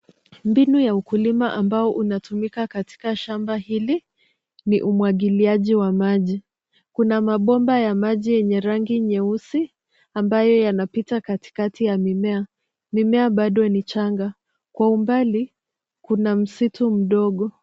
Mbinu ya ukulima ambao unatumika katika shamba hili ni umwagiliaji wa maji. Kuna mabomba ya maji yenye rangi nyeusi ambayo yanapita katikati ya mimea. Mimea bado ni changa. Kwa umbali kuna msitu mdogo.